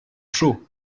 chaud